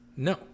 no